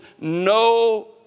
No